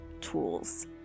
tools